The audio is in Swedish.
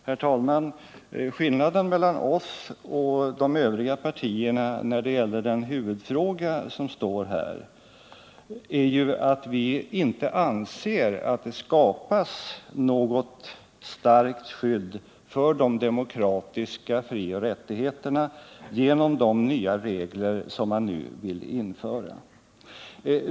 Herr talman! Skillnaden mellan oss och de övriga partierna i huvudfrågan är att vi anser att det inte skapas något starkt skydd för de demokratiska frioch rättigheterna genom de nya regler som man nu vill införa.